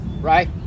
Right